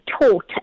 taught